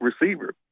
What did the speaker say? receiver